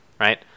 right